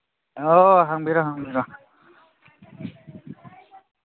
ꯑꯣ ꯍꯪꯕꯤꯔꯣ ꯍꯪꯕꯤꯔꯣ